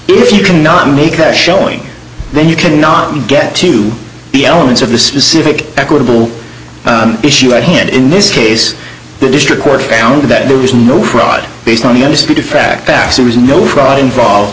if you cannot make a showing then you cannot get to the elements of the specific equitable issue at hand in this case the district court found that there was no fraud based on the undisputed fact that it was no fraud involved